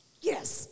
Yes